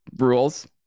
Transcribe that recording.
rules